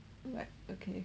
like okay